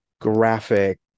graphic